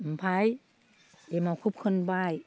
ओमफाय एमावखो फोनबाय